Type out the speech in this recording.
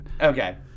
Okay